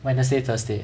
wednesday thursday